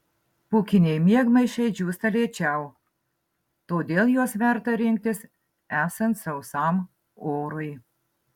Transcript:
pūkiniai miegmaišiai džiūsta lėčiau todėl juos verta rinktis esant sausam orui